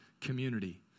community